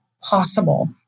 possible